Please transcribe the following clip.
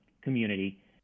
community